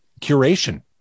curation